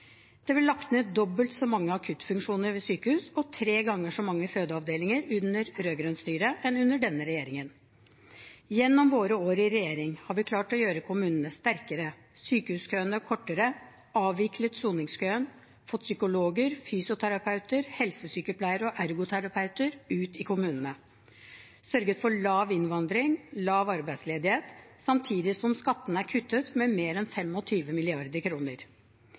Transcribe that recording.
Det ble lagt ned dobbelt så mange akuttfunksjoner ved sykehus og tre ganger så mange fødeavdelinger under rød-grønt styre som under denne regjeringen. Gjennom våre år i regjering har vi klart å gjøre kommunene sterkere, sykehuskøene kortere, avviklet soningskøen, fått psykologer, fysioterapeuter, helsesykepleiere og ergoterapeuter ut i kommunene, sørget for lav innvandring, lav arbeidsledighet, samtidig som skattene er kuttet med mer enn